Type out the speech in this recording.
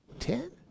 Ten